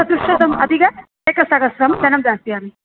प्रतिशतम् अधिकम् एकसहस्रं धनं दास्यामि